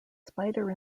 spider